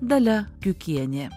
dalia kiukienė